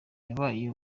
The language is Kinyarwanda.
yabaye